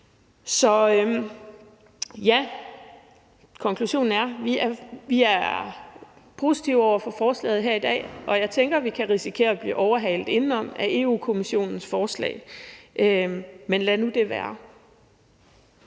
Så konklusionen er, at vi er positive over for forslaget her i dag, og jeg tænker, at vi kan risikere at blive overhalet indenom af Europa-Kommissionens forslag. Men lad nu det være.